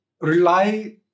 rely